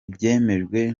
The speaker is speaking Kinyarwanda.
ibyemejwe